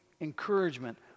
encouragement